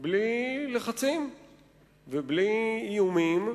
בלי לחצים ובלי איומים,